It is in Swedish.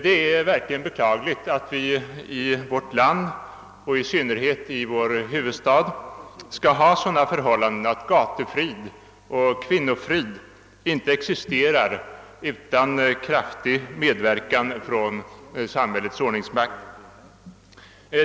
Det är verkligen beklagligt att vi i vårt land, och i synnerhet i huvudstaden, skall ha sådana förhållanden att gatuoch kvinnofrid inte existerar utan kraftig medverkan av samhällets ordningsmakt.